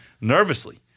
nervously